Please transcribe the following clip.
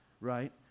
right